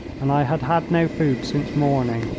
and i had had no food since morning.